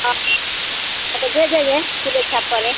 हाँ हाँ तो दे देंगे आपको जैसा पड़े